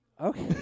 Okay